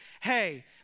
hey